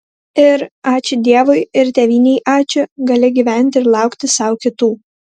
ir ačiū dievui ir tėvynei ačiū gali gyventi ir laukti sau kitų